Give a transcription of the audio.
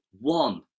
one